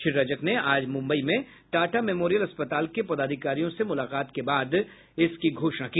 श्री रजक ने आज मुम्बई में टाटा मेमोरियल अस्पताल के पदाधिकारियों से मुलाकात के बाद इसकी घोषणा की